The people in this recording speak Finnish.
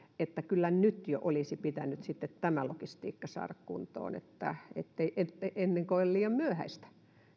että kyllä nyt jo olisi pitänyt tämä logistiikka saada kuntoon ennen kuin on liian myöhäistä